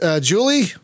Julie